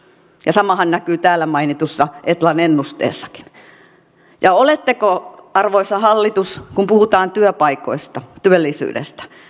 samahan näkyy täällä mainitussa etlan ennusteessakin oletteko arvoisa hallitus kun puhutaan työpaikoista työllisyydestä